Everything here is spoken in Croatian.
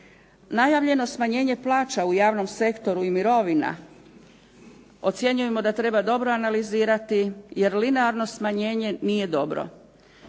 Najavljeno smanjenje plaća u javnom sektoru i mirovina ocjenjujemo da treba dobro analizirati jer linearno smanjenje nije dobro.